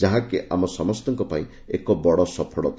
ଯାହାକି ଆମ ସମସ୍ତଙ୍କ ପାଇଁ ଏକ ବଡ ସଫଳତା